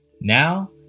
Now